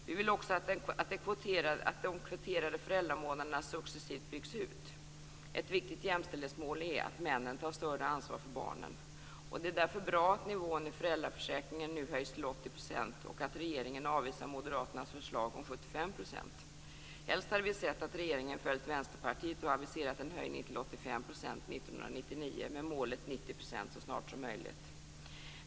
Vi vill också att de kvoterade föräldramånaderna successivt byggs ut. Ett viktigt jämställdhetsmål är att männen tar större ansvar för barnen. Det är därför bra att nivån i föräldraförsäkringen nu höjs till 80 % och att regeringen avvisar moderaternas förslag om 75 %. Helst hade vi sett att regeringen följt Vänsterpartiet och aviserat en höjning till 85 % år 1999 med målet 90 % så snart som möjligt.